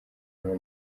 ngo